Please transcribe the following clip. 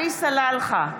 עלי סלאלחה,